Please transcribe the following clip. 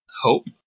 hope